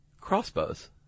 Crossbows